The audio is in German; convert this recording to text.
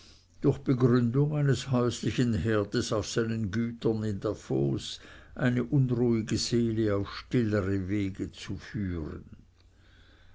durch begründung eines häuslichen herdes auf seinen gütern in davos seine unruhige seele auf stillere wege zu führen